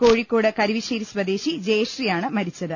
കോഴിക്കോ ട് കരുവശ്ശേരി സ്വദേശി ജയശ്രീ ആണ് മരിച്ചത്